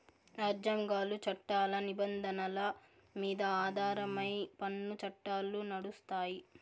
రాజ్యాంగాలు, చట్టాల నిబంధనల మీద ఆధారమై పన్ను చట్టాలు నడుస్తాయి